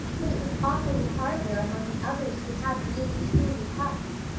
but it was awfully hard there among the others who had really truly puffs.